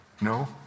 No